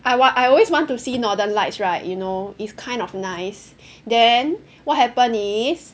I want I always want to see northern lights right you know it's kind of nice then what happen is